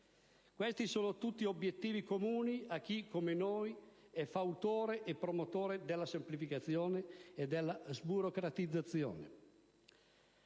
Si tratta di obiettivi comuni a chi come noi è fautore e promotore della semplificazione e della sburocratizzazione.